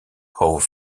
howe